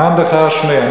מאן דכר שמיה.